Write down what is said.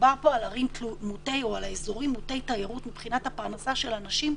שמדובר על אזורים מוטי תיירות מבחינת הפרנסה של אנשים,